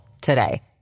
today